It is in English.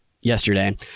yesterday